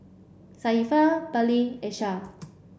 Safiya Bali and Shah